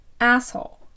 Asshole